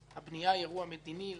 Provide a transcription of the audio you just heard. הבנייה היא אירוע מדיני לחלוטין.